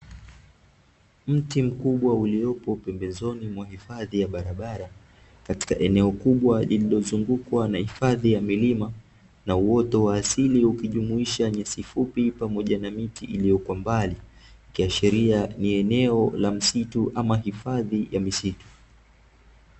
Mti mkubwa uliopo pembezoni mwa hifadhi ya barabara, katika eneo kubwa lililozongukwa na hifadhi ya milima na uoto wa asili, ukijumuisha nyasi fupi pamoja na miti iliyo kwa mbali, ikiashiria ni eneo la msitu ama hifadhi ya misitu.